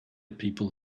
people